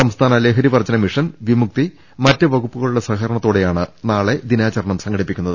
സംസ്ഥാന ലഹരി വർജ്ജന മിഷൻ വിമുക്തി മറ്റ് വകുപ്പുകളുടെ സഹകരണത്തോടെയാണ് ദിനാചരണം സംഘടിപ്പിക്കുന്നത്